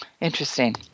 Interesting